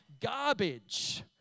garbage